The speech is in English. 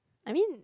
I mean